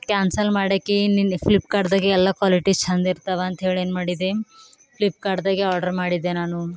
cancel ಮಾಡೆಕಿ ನಿನ್ನೆ ಫ್ಲಿಪ್ಕಾರ್ಟ್ದಾಗ ಎಲ್ಲ ಕ್ವಾಲಿಟೀಸ್ ಚಂದ ಇರ್ತವೆ ಅಂತ್ಹೇಳಿ ಏನ್ಮಾಡಿದೆ ಫ್ಲಿಪ್ಕಾರ್ಟ್ದಾಗೆ ಆರ್ಡ್ರ್ ಮಾಡಿದೆ ನಾನು